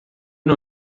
não